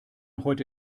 heute